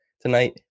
tonight